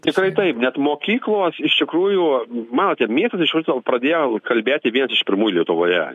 tikrai taip nes mokyklos iš tikrųjų matote miestas išvis gal pradėjo kalbėti vienas iš pirmųjų lietuvoje